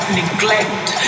neglect